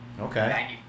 Okay